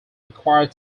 required